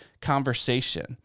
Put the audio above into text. conversation